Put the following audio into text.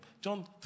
john